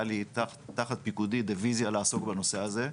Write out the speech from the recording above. לי תחת פיקודי דיביזיה לעסוק בנושא הזה.